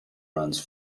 runs